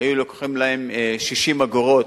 היו לוקחים להן 60 אגורות,